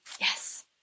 Yes